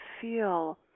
feel